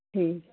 ठीक